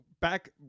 back